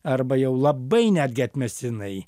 arba jau labai netgi atmestinai